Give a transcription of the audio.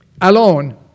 alone